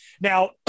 Now